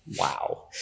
wow